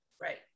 right